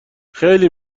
خیلی